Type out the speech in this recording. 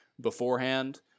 beforehand